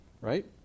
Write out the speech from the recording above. right